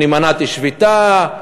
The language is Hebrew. אני מנעתי שביתה,